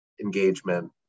engagement